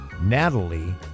Natalie